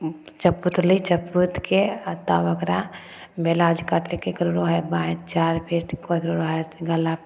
चपोतली चपोतके आओर तब ओकरा ब्लाउज काटली ककरो हइ बाँह चारि फिट ककरो हइ गला